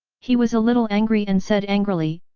he was a little angry and said angrily,